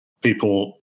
people